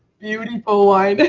beautiful wine,